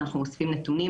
אנחנו אוספים נתונים,